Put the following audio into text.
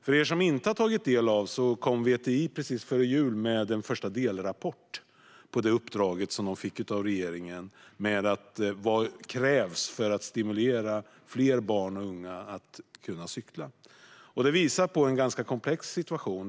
För er som inte har tagit del av det kan jag berätta att VTI strax före jul kom med en första delrapport för det uppdrag som man fått från regeringen. De hade tittat på vad som krävs för att stimulera fler barn och unga att cykla. De visar på en komplex situation.